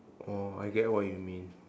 oh I get what you mean